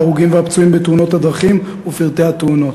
ההרוגים והפצועים בתאונות הדרכים ופרטי התאונות.